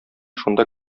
шунда